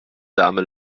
dame